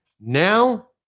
Now